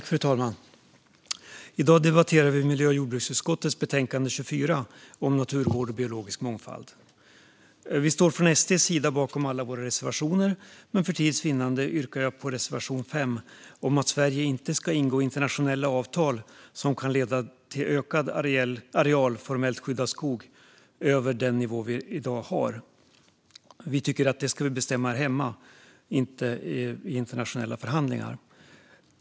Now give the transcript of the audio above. Fru talman! I dag debatterar vi miljö och jordbruksutskottets betänkande 24 om naturvård och biologisk mångfald. Vi står från SD:s sida bakom alla våra reservationer, men för tids vinnande yrkar jag bifall endast till reservation 5 om att Sverige inte ska ingå internationella avtal som kan leda till ökad areal formellt skyddad skog över den nivå som i dag finns. Vi tycker att det ska bestämmas hemma, inte i internationella förhandlingar.